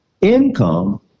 income